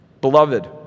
Beloved